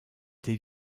des